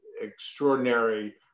extraordinary